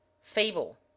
fable